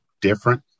different